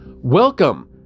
Welcome